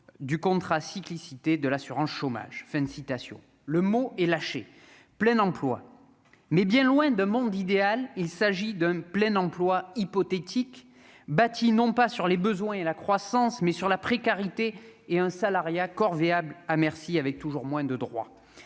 du contrat cyclicité de l'assurance chômage, fin de citation, le mot est lâché plein emploi mais bien loin de monde idéal, il s'agit d'un plein emploi hypothétique, bâti, non pas sur les besoins et la croissance, mais sur la précarité et un salariat corvéables à merci, avec toujours moins de droits,